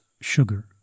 sugar